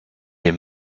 les